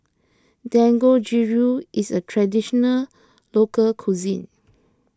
Dangojiru is a Traditional Local Cuisine